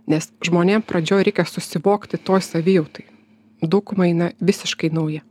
nes žmonėm pradžioj reikia susivokti toj savijautoj daugumai na visiškai nauji